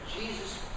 Jesus